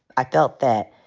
i felt that,